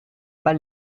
pas